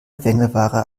quengelware